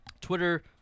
Twitter